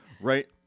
right